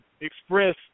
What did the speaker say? express